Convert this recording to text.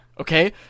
okay